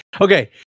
okay